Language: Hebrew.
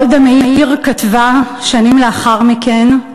גולדה מאיר כתבה שנים לאחר מכן,